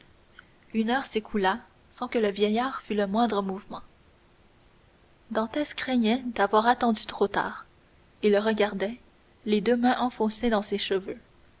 une heure s'écoula sans que le vieillard fît le moindre mouvement dantès craignait d'avoir attendu trop tard et le regardait les deux mains enfoncées dans ses cheveux